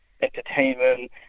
entertainment